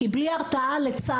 כי בלי הרתעה זה לא ייפסק.